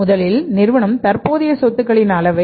முதலில் நிறுவனம் தற்போதைய சொத்துக்களின் அளவை